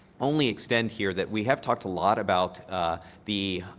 only extend here that we have talked a lot about the